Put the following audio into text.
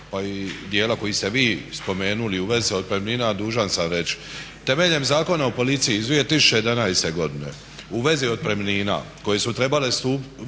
pa i dijela koji ste vi spomenuli u vezi otpremnina dužan sam reći. Temeljem Zakona o policiji iz 2011. godine u vezi otpremnina koje su trebale,